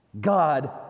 God